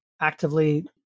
actively